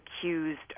accused